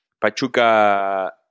Pachuca